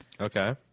Okay